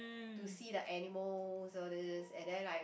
to see the animals all these and then like